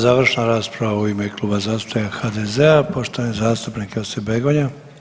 Završna rasprava u ime Kluba zastupnika HDZ-a poštovani zastupnik Josip Begonja.